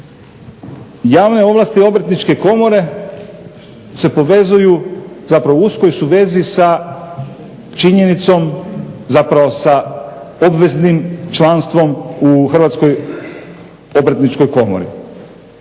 Javne ovlasti Obrtničke komore se povezuju, zapravo u uskoj su vezi sa činjenicom, zapravo sa obveznim članstvom u Hrvatskoj obrtničkoj komori.